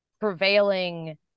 prevailing